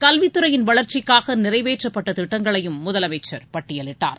கல்வித்துறையின் வளர்ச்சிக்காக நிறைவேற்றப்பட்ட திட்டங்களையும் முதலமைச்சர் பட்டியலிட்டார்